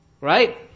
right